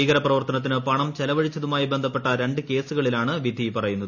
ഭീകര പ്രവർത്തനത്തിന് പണം ചെലവഴിച്ചതുമായി ബന്ധപ്പെട്ട രണ്ട് കേസുകളിലാണ് വിധി പറയുന്നത്